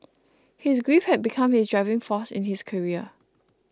his grief had become his driving force in his career